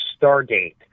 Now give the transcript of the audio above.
stargate